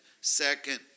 second